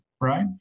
Right